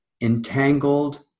entangled